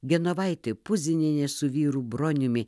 genovaitė puzinienė su vyru broniumi